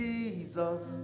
Jesus